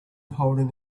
holding